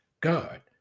God